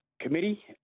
committee